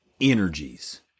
energies